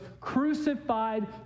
crucified